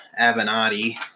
Avenatti